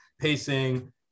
pacing